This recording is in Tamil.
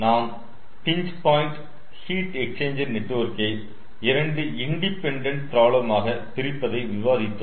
நாம் பின்ச் பாயிண்ட் ஹீட் எக்ஸ்சேஞ்சர் நெட்வொர்க்கை 2 இண்டிபெண்டன்ட் ப்ராப்ளம் ஆக பிரிப்பதை விவாதித்தோம்